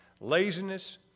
Laziness